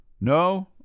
No